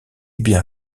bien